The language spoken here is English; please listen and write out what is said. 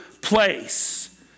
place